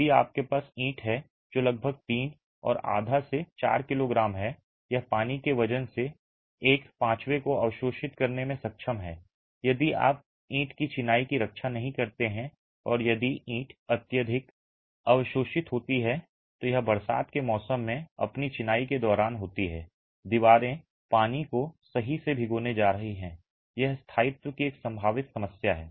यदि आपके पास ईंट है जो लगभग 3 और आधा से 4 किलोग्राम है और यह पानी के वजन से एक पांचवें को अवशोषित करने में सक्षम है यदि आप अपनी ईंट की चिनाई की रक्षा नहीं करते हैं और यदि ईंट अत्यधिक अवशोषित होती है तो यह बरसात के मौसम में अपनी चिनाई के दौरान होती है दीवारें पानी को सही से भिगोने जा रही हैं यह स्थायित्व की एक संभावित समस्या है